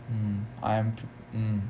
mm I'm mm